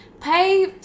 pay